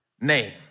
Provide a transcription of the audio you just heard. name